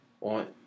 On